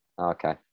Okay